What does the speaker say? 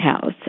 House